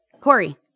Corey